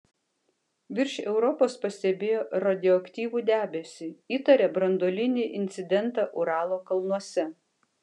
virš europos pastebėjo radioaktyvų debesį įtaria branduolinį incidentą uralo kalnuose